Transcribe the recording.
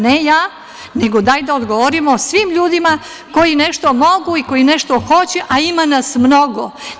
Ne ja, nego dajte da odgovorimo svim ljudima koji nešto mogu, koji nešto hoće, a ima nas mnogo.